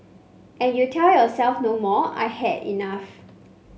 and you tell yourself no more I have had enough